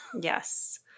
Yes